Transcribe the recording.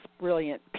brilliant